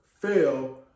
fail